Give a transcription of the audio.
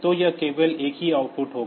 तो यह केवल एक ही आउटपुट होगा